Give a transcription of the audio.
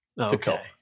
Okay